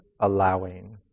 allowing